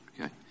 Okay